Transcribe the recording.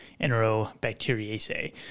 enterobacteriaceae